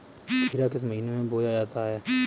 खीरा किस महीने में बोया जाता है?